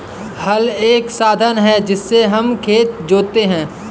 हल एक साधन है जिससे हम खेत जोतते है